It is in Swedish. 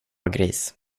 gris